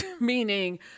meaning